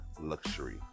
Luxury